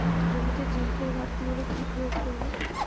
জমিতে জিঙ্কের ঘাটতি হলে কি প্রয়োগ করব?